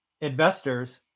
investors